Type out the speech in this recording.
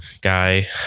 Guy